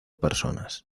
personas